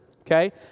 okay